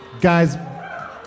Guys